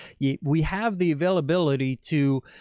yeah we have the availability to,